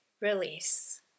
release